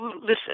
listen